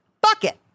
Bucket